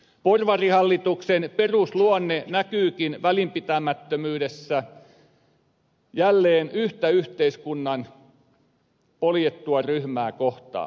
porvarihallituksen perusluonne näkyykin välinpitämättömyydessä jälleen yhtä yhteiskunnan poljettua ryhmää kohtaan